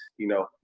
you know,